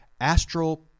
Astral